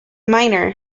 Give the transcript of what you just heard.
minor